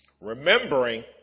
Remembering